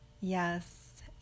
Yes